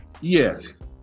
yes